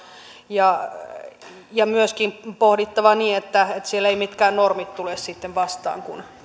ja ja myöskin pohdittava niin että eivät mitkään normit tule sitten vastaan kun